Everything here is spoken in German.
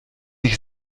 ich